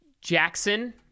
jackson